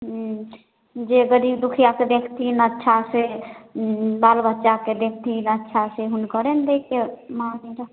हुँ जे गरीब दुखिआके देखथिन अच्छासँ बाल बच्चाके देखथिन अच्छासँ हुनकरे ने दैके माने हइ